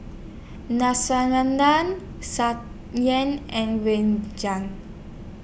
and